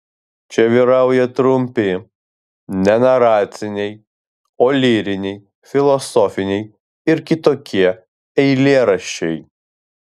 čia vyrauja trumpi ne naraciniai o lyriniai filosofiniai ir kitokie eilėraščiai